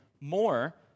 more